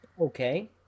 okay